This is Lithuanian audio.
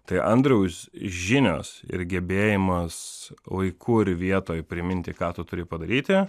tai andriaus žinios ir gebėjimas laiku ir vietoj priminti ką tu turi padaryti